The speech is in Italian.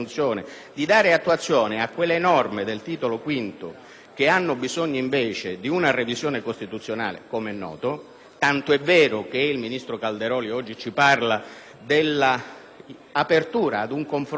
che hanno bisogno invece di una revisione costituzionale, com'è noto. Tanto è vero che il ministro Calderoli oggi ci parla dell'apertura ad un confronto sulla cosiddetta bozza Violante in tema di riforme costituzionali.